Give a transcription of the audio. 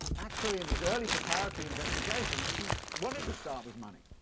actually, in his early preparatory investigations, he wanted to start with money,